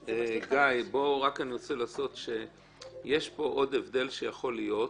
גיא, יש פה עוד הבדל שיכול להיות